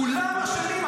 כולם אשמים,